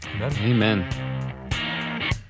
Amen